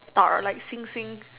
star like 星星